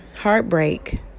heartbreak